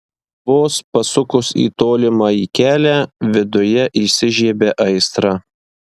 vos pasukus į tolimąjį kelią viduje įsižiebia aistra